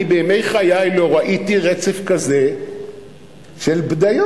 אני בימי חיי לא ראיתי רצף כזה של בדיות.